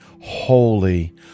holy